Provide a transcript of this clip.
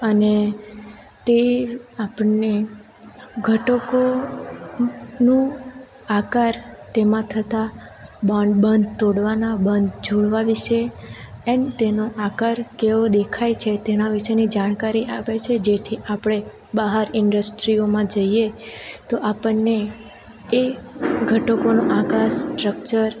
અને તે આપણને ઘટકોનું આકાર તેમાં થતા બોન્ડ બંધ તોડવાના બંધ જોડવા વિશે એન્ડ તેનો આકાર કેવો દેખાય છે તેના વિશેની જાણકારી આપે છે જેથી આપણે બહાર ઇન્ડસ્ટ્રીઓમાં જઈએ તો આપણને એ ઘટકોનો આકાર સ્ટ્રક્ચર